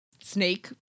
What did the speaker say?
Snake